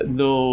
no